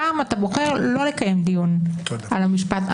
הפעם אתה בוחר לא לקיים דיון על המשפט המשווה.